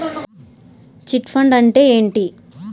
Chit fund అంటే ఏంటి?